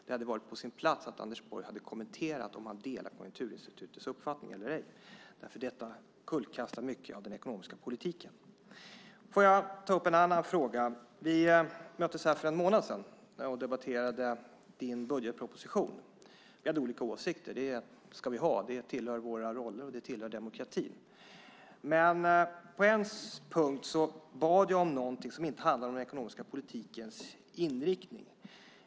Det hade varit på sin plats att Anders Borg hade kommenterat om han delar Konjunkturinstitutets uppfattning eller ej därför att detta kullkastar mycket av den ekonomiska politiken. Jag ska ta upp en annan fråga. Vi möttes här för en månad sedan och debatterade din budgetproposition. Vi hade olika åsikter. Det ska vi ha. Det tillhör våra roller, och det tillhör demokratin. Men på en punkt bad jag om någonting som inte handlade om den ekonomiska politikens inriktning.